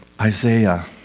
Isaiah